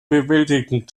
bewältigen